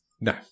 No